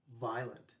violent